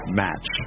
match